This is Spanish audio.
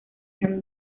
can